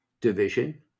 division